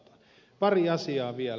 pari asiaa vielä